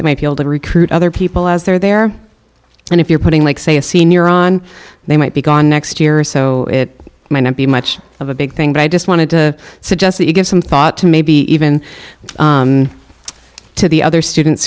may be able to recruit other people as they're there and if you're putting like say a senior on they might be gone next year or so it might not be much of a big thing but i just wanted to suggest that you give some thought to maybe even to the other students